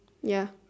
ya